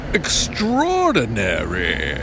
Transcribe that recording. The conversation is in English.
extraordinary